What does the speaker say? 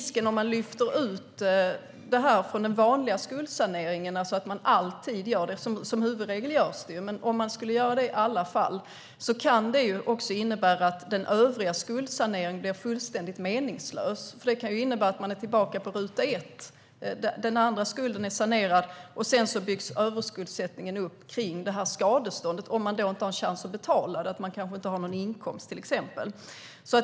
Skuld på grund av våldsbrott lyfts som huvudregel bort från den vanliga skuldsaneringen, men om man i samtliga fall skulle lyfta bort den från den vanliga skuldsaneringen är risken att den övriga skuldsaneringen blir fullständig meningslös, för det kan innebära att man är tillbaka på ruta ett: Den andra skulden är sanerad, men sedan byggs en överskuldsättning upp kring detta skadestånd, om man inte har chans att betala det eftersom man till exempel inte har någon inkomst.